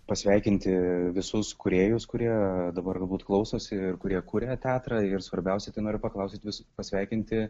pasveikinti visus kūrėjus kurie dabar galbūt klausosi ir kurie kuria teatrą ir svarbiausia tai noriu paklausti pasveikinti